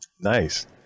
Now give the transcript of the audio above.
nice